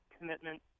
commitment